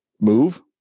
Move